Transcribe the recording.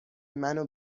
منو